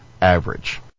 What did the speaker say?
average